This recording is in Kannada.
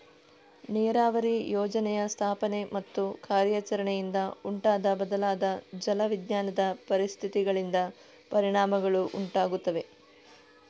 ನೀರಾವರಿ ಯೋಜನೆಯ ಸ್ಥಾಪನೆ ಮತ್ತು ಕಾರ್ಯಾಚರಣೆಯಿಂದ ಉಂಟಾದ ಬದಲಾದ ಜಲ ವಿಜ್ಞಾನದ ಪರಿಸ್ಥಿತಿಗಳಿಂದ ಪರಿಣಾಮಗಳು ಉಂಟಾಗುತ್ತವೆ